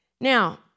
Now